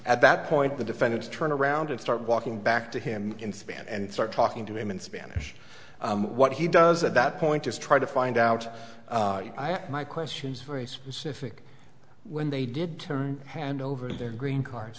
at that point the defendant to turn around and start walking back to him in spanish and start talking to him in spanish what he does at that point is try to find out my questions very specific when they did turn hand over to their green cards